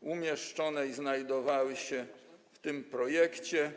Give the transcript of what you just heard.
umieszczone i znajdowały się w tym projekcie.